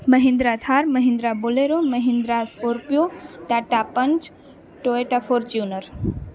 Mahindra Thar Mahindra bolero Mahindra scorpio Tata punch Toyota Fortuner